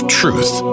truth